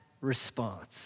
response